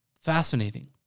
Fascinating